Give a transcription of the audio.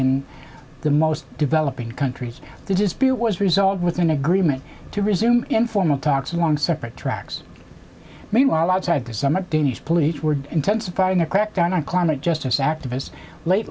in the most developing countries this is peter was resolved with an agreement to resume informal talks along separate tracks meanwhile outside the summit danish police were intensifying a crackdown on climate justice activists late